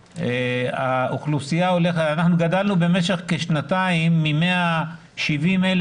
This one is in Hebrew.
אנחנו גדלנו במשך כשנתיים מ-170,000